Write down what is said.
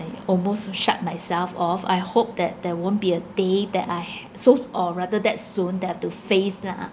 I almost shut myself off I hope that there won't be a day that I ha~ soon or rather that soon that I've to face lah